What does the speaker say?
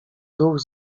duch